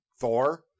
Thor